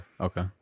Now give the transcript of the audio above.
Okay